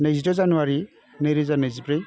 नैजिद' जानुवारि नैरोजा नैजिब्रै